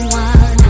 one